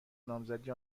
نامزدی